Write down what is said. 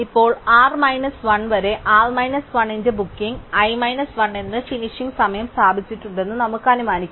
ഇപ്പോൾ r minus 1 വരെ r minus 1 ന്റെ ബുക്കിംഗ് i മൈനസ് 1 എന്ന് ഫിനിഷ് സമയം സ്ഥാപിച്ചിട്ടുണ്ടെന്ന് നമുക്ക് അനുമാനിക്കാം